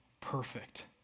perfect